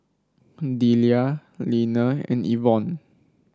Deliah Leaner and Ivonne